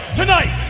tonight